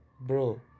Bro